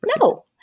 no